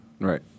right